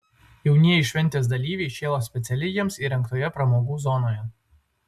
jaunieji šventės dalyviai šėlo specialiai jiems įrengtoje pramogų zonoje